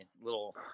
little